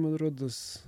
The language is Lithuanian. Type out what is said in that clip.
man rodos